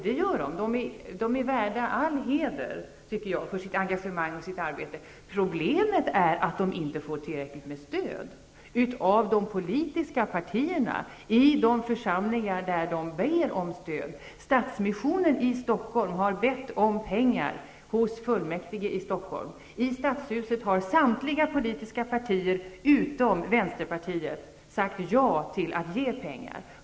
Det gör de -- de är värda all heder för sitt engagemang och sitt arbete, tycker jag. Problemet är att de inte får tillräckligt stöd av de politiska partierna i de församlingar där de ber om stöd. Stadsmissionen i Stockholm har bett om pengar hos fullmäktige i Stockholm. Inget politiskt parti i stadshuset utom Vänsterpartiet har sagt ja till att ge pengar.